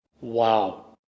Wow